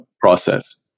process